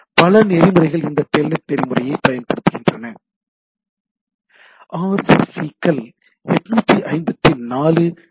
பல நெறிமுறைகள் இந்த டெல்நெட் நெறிமுறையைப் பயன்படுத்துகின்றன RFC க்கள் 854 டி